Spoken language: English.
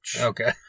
Okay